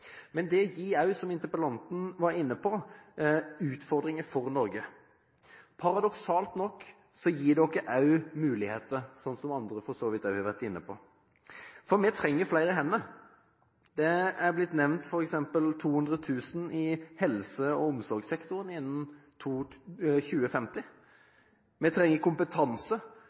Men det gir også, som interpellanten var inne på, Norge utfordringer. Paradoksalt nok gir det oss også muligheter, sånn som andre for så vidt også har vært inne på. Vi trenger flere hender – det er blitt nevnt f.eks. 200 000 i helse- og omsorgssektoren innen 2050. Vi trenger kompetanse.